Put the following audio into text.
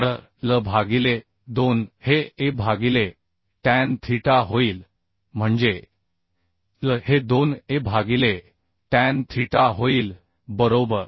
तर l भागिले 2 हे a भागिले टॅन थीटा होईल म्हणजे l हे 2 a भागिले टॅन थीटा होईल बरोबर